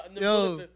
Yo